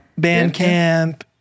Bandcamp